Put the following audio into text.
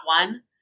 one